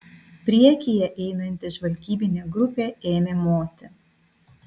priekyje einanti žvalgybinė grupė ėmė moti